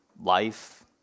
life